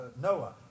Noah